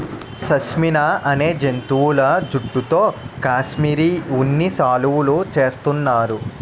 షష్మినా అనే జంతువుల జుట్టుతో కాశ్మిరీ ఉన్ని శాలువులు చేస్తున్నారు